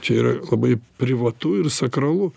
čia yra labai privatu ir sakralu